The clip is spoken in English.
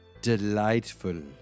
delightful